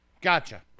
Gotcha